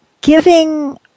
giving